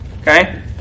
Okay